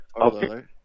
Okay